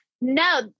No